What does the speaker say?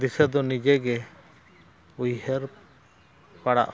ᱫᱤᱥᱟᱹ ᱫᱚ ᱱᱤᱡᱮᱜᱮ ᱩᱭᱦᱟᱹᱨ ᱯᱟᱲᱟᱜᱼᱟ